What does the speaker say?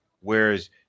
whereas